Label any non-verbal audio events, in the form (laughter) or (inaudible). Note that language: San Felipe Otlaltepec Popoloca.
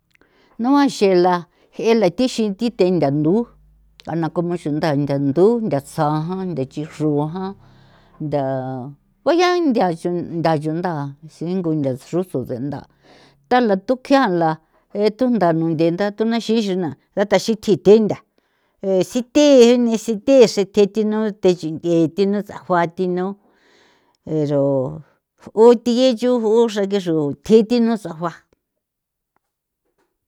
Noa xela je'e la thixi thi the nda ndu thana como xuntha nda ndu ntha tsa jan (noise) ntha chjixro jan (noise) ntha uya nthia chunda chunda xingo ntha xrutsju tse ntha (noise) thala thu kjian la ee thunda nunthe nda thunaxi xina ndataxi tji thi ntha ee sithii ni ixi thi xri tji thino the chindii thino sajoa thino ero uthigi chu ju'u xrague xru tji thino sajoa.